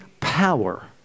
power